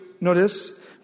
notice